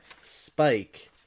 spike